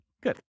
Good